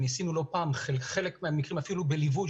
וניסינו לא פעם לבדוק חלק מהמקרים ואפילו בליווי